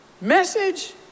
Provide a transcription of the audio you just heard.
Message